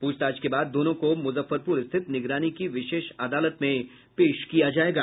पूछताछ के बाद दोनों को मुजफ्फरपुर स्थित निगरानी की विशेष अदालत में पेश किया जायेगा